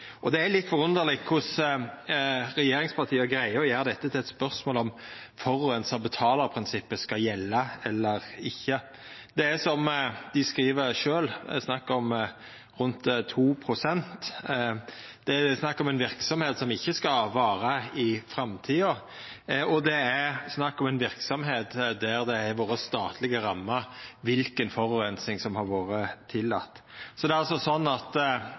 Det er litt forunderleg korleis regjeringspartia greier å gjera dette til eit spørsmål om det er slik at forureinar-betalar-prinsippet skal gjelda eller ikkje. Det er, som dei skriv sjølv, snakk om rundt 2 pst. Det er snakk om ei verksemd som ikkje skal vara i framtida, og det er snakk om ei verksemd der det har vore statlege rammer for kva for forureining som har vore tillate. Så det er altså slik at